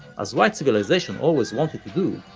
as white civilization always wanted to do,